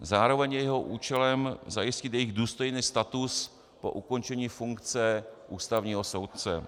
Zároveň je jeho účelem zajistit jejich důstojný status po ukončení funkce ústavního soudce.